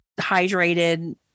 hydrated